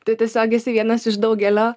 tai tiesiog esi vienas iš daugelio